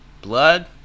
blood